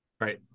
Right